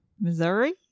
Missouri